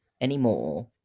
anymore